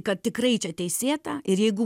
kad tikrai čia teisėta ir jeigu